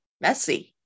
messy